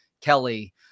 Kelly